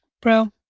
Bro